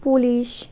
police